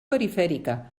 perifèrica